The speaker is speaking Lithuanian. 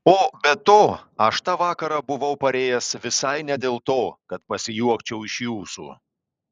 o be to aš tą vakarą buvau parėjęs visai ne dėl to kad pasijuokčiau iš jūsų